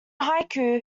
haiku